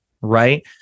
right